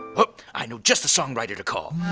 oh! i know just the songwriter to call.